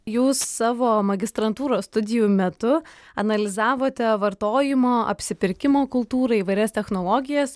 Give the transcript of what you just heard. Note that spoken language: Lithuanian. jūs savo magistrantūros studijų metu analizavote vartojimo apsipirkimo kultūrą įvairias technologijas